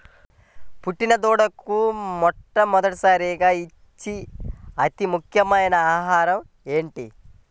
పుట్టిన దూడకు మొట్టమొదటిసారిగా ఇచ్చే అతి ముఖ్యమైన ఆహారము ఏంటి?